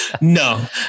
No